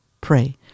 pray